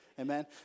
Amen